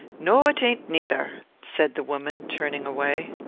no, it ain't neither, said the woman turning away.